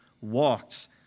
walked